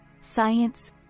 science